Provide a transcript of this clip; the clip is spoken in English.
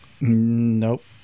nope